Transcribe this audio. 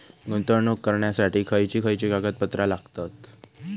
गुंतवणूक करण्यासाठी खयची खयची कागदपत्रा लागतात?